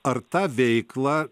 ar tą veiklą